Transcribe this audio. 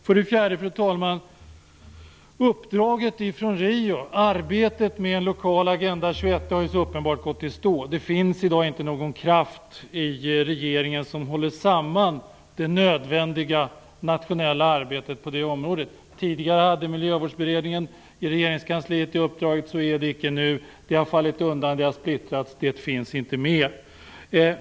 För det fjärde: uppdraget från Rio, arbetet med en lokal agenda 21 har så uppenbart gått i stå. Det finns inte i dag någon kraft i regeringen som håller samman det nödvändiga nationella arbetet på det området. Tidigare hade Miljövårdsberedningen i regeringskansliet det uppdraget. Så är det icke nu. Det har fallit undan, det har splittrats, det finns inte med.